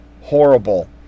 horrible